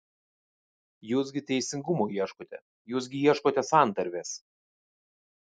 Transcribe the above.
jūs gi teisingumo ieškote jūs gi ieškote santarvės